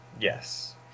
Yes